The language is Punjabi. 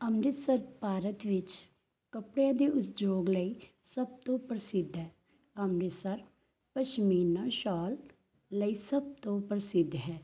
ਅੰਮ੍ਰਿਤਸਰ ਭਾਰਤ ਵਿੱਚ ਕੱਪੜੇ ਦੇ ਉਦਯੋਗ ਲਈ ਸਭ ਤੋਂ ਪ੍ਰਸਿੱਧ ਹੈ ਅੰਮ੍ਰਿਤਸਰ ਪਸ਼ਮੀਨਾ ਸ਼ਾਲ ਲਈ ਸਭ ਤੋਂ ਪ੍ਰਸਿੱਧ ਹੈ